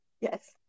Yes